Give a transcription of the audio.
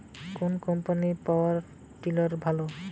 কোন কম্পানির power tiller ভালো?